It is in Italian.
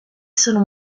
sono